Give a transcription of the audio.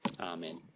Amen